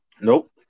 Nope